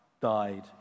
died